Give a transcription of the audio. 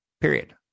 Period